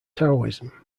taoism